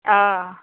অ